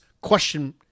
question